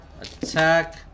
Attack